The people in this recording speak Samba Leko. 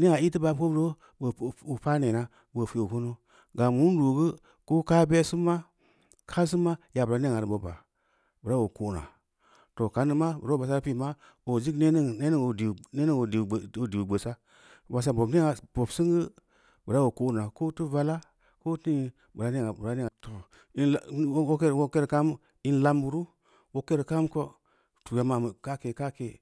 nea ī teu ba pi’n bu oo paa neuna boo pi’u kunu gam wundu gu koo kaa be’ sin ma kaa simma yabura nea reu boba bura oo ko’na, too ka’n neu maa burau basa pi’n maa boo zig nee ning oo diiu gbeusa, biso boo nea bob singu bura oo ko’na, ko teu nala ko feu-too. Wogkereu kam in lam beuru wogkereu kam ko fu’yeb ma’n beu ka’je ka’ke.